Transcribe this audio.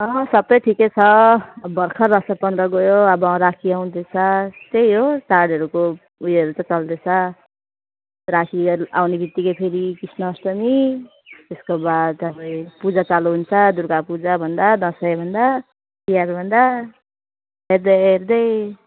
अँ सबै ठिकै छ भर्खर असार पन्ध्र गयो अब राखी आउँदैछ त्यही हो चाडहरूको उयोहरू त चल्दैछ राखी आउनेबित्तिकै फेरि कृष्णअष्टमी त्यसको बाद तपाईँ पूजा चालु हुन्छ दुर्गा पूजा भन्दा दसैँ भन्दा तिहार भन्दा हेर्दाहेर्दै